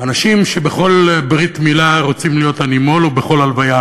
אנשים שבכל ברית-מילה רוצים להיות הנימול ובכל הלוויה,